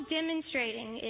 demonstrating